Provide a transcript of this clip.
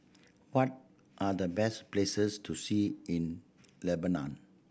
what are the best places to see in Lebanon